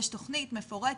יש תכנית מפורטת,